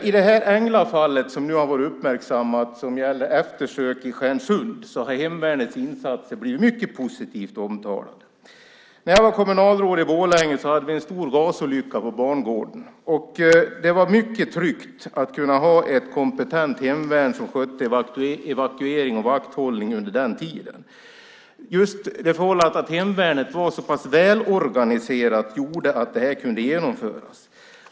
I det uppmärksammade Englafallet med eftersök i Stjärnsund har hemvärnets insatser blivit mycket positivt omtalade. När jag var kommunalråd i Borlänge hade vi en stor gasolycka på bangården. Det var då mycket tryggt att kunna ha ett kompetent hemvärn som skötte evakuering och vakthållning. Just det förhållandet att hemvärnet var så pass välorganiserat gjorde att det här kunde genomföras.